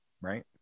right